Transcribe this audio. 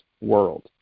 world